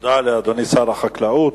תודה לאדוני שר החקלאות.